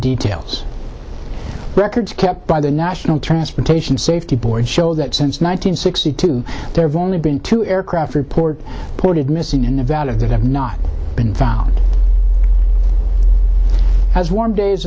details records kept by the national transportation safety board show that since nine hundred sixty two there's only been two aircraft report ported missing in nevada that have not been found as warm days